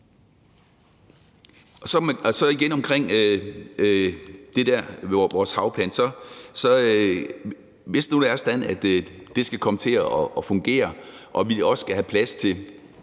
jeg sige om det med vores havplan: Hvis nu det er sådan, at det skal komme til at fungere og vi også skal have plads til